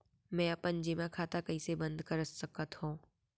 मै अपन जेमा खाता कइसे बन्द कर सकत हओं?